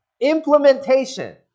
implementation